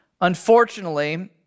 Unfortunately